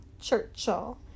Churchill